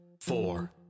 four